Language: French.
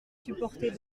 supporter